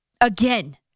again